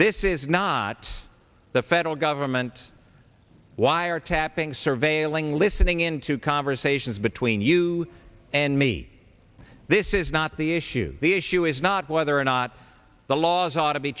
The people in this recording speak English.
this is not the federal government wiretapping surveilling listening into conversations between you and me this is not the issue the issue is not whether or not the laws ought to be